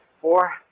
four